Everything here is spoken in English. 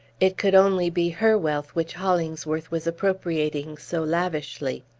it could only be her wealth which hollingsworth was appropriating so lavishly.